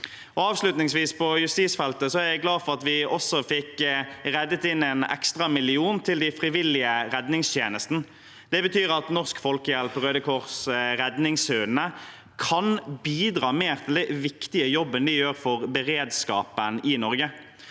justisfeltet er jeg glad for at vi også fikk reddet inn en ekstra million til de frivillige redningstjenestene. Det betyr at Norsk Folkehjelp, Røde Kors og Norske Redningshunder kan bidra mer til den viktige jobben de gjør for beredskapen i Norge.